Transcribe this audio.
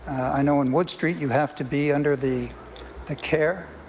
i know in wood street, you have to be under the the care